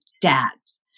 dads